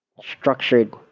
structured